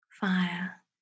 fire